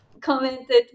commented